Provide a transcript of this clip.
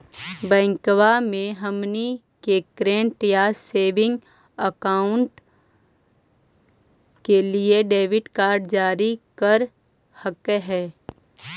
बैंकवा मे हमनी के करेंट या सेविंग अकाउंट के लिए डेबिट कार्ड जारी कर हकै है?